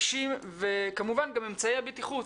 כמובן גם אמצעי הבטיחות.